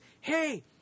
hey